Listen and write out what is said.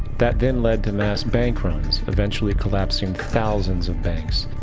that then led to mass bankrupts, eventually collapsing thousands of banks,